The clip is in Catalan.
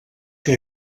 que